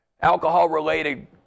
alcohol-related